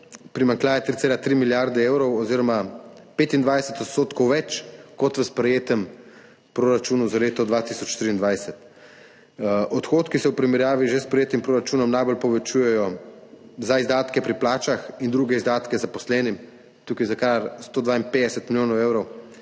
primanjkljaj 3,3 milijarde evrov oziroma 25 % več kot v sprejetem proračunu za leto 2023. Odhodki se v primerjavi z že sprejetim proračunom najbolj povečujejo za izdatke pri plačah in druge izdatke zaposlenim, tukaj za kar 152 milijonov evrov,